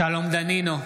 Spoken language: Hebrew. שלום דנינו,